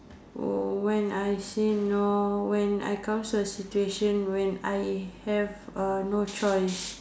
oh when I say no when I comes to a situation when I have uh no choice